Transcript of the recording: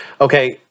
Okay